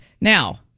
Now